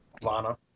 Lana